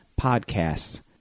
podcasts